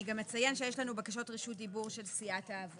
אני גם אציין שיש לנו בקשות רשות דיבור של סיעת העבודה.